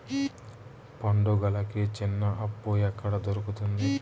పండుగలకి చిన్న అప్పు ఎక్కడ దొరుకుతుంది